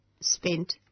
spent